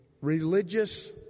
religious